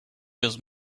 use